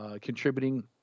contributing